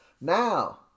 Now